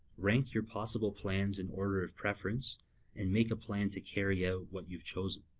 rank your possible plans in order of preference and make a plan to carry out what you've chosen